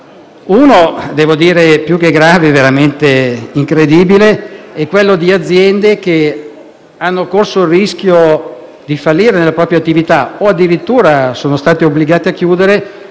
che devo dire più che grave è veramente incredibile - è quello delle aziende che hanno corso il rischio di fallire nella propria attività, o addirittura sono state obbligate a chiudere,